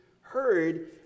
heard